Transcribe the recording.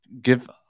give